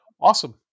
Awesome